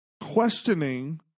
questioning